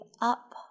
up